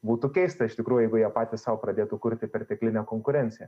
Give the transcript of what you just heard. būtų keista iš tikrųjų jeigu jie patys sau pradėtų kurti perteklinę konkurenciją